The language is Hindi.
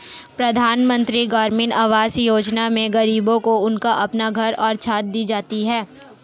प्रधानमंत्री ग्रामीण आवास योजना में गरीबों को उनका अपना घर और छत दी जाती है